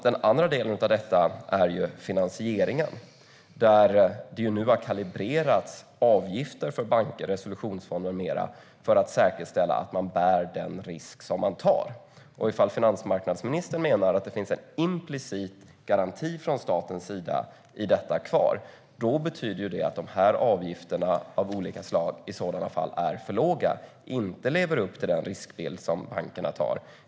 Den andra delen av detta är finansieringen, där avgifter för banker, resolutionsfonder med mera har kalibrerats för att det ska säkerställas att man bär den risk som man tar. Om finansmarknadsministern menar att det finns kvar en implicit garanti från statens sida i detta, då betyder det att dessa avgifter av olika slag är för låga och inte lever upp till den riskbild som bankerna tar.